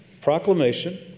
proclamation